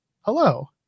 hello